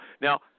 Now